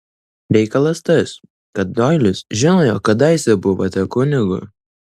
reikalas tas kad doilis žino jog kadaise buvote kunigu